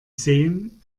sehen